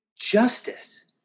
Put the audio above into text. justice